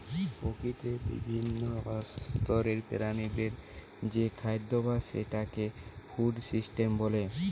প্রকৃতিতে বিভিন্ন স্তরের প্রাণীদের যে খাদ্যাভাস সেটাকে ফুড সিস্টেম বলে